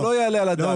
זה לא יעלה על הדעת.